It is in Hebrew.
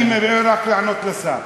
רק לענות לשר.